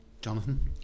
Jonathan